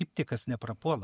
iptikas neprapuola